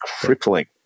crippling